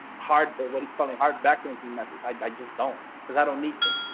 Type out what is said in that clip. hard but what he's calling hard backlinking methods. i just don't because i don't need to.